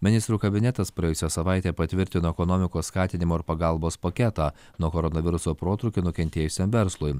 ministrų kabinetas praėjusią savaitę patvirtino ekonomikos skatinimo ir pagalbos paketą nuo koronaviruso protrūkio nukentėjusiam verslui